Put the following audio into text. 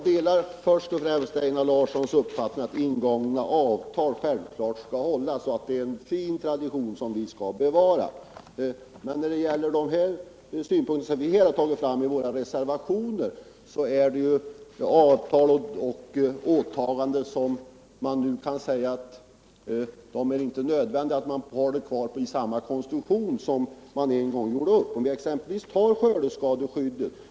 Herr talman! Jag delar Einar Larssons uppfattning att ingångna avtal skall hållas och att det är en fin tradition som vi skall bevara. Men de synpunkter som vi har fört fram i våra reservationer gäller avtal och åtaganden vilkas konstruktion det nu inte längre är nödvändigt att ha kvar så som det en gång gjordes upp. Se exempelvis på skördeskadeskyddet.